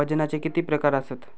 वजनाचे किती प्रकार आसत?